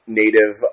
native